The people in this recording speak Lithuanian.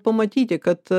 pamatyti kad